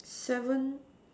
seven